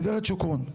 גברת שוקרון,